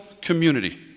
community